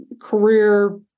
Career